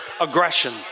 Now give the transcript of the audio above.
aggression